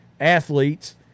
athletes